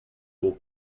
beau